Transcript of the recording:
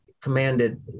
commanded